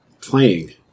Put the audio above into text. playing